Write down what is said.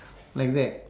like that